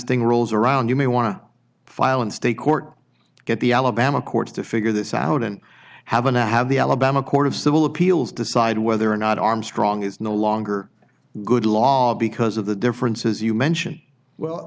thing rolls around you may want to file in state court get the alabama courts to figure this out and have another have the alabama court of civil appeals decide whether or not armstrong is no longer a good law because of the differences you mention well